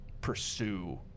pursue